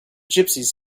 gypsies